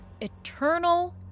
eternal